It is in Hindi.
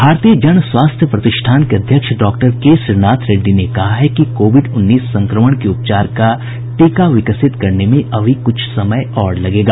भारतीय जन स्वास्थ्य प्रतिष्ठान के अध्यक्ष डॉक्टर के श्रीनाथ रेड्डी ने कहा है कि कोविड उन्नीस संक्रमण के उपचार का टीका विकसित करने में अभी कुछ समय लगेगा